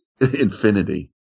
infinity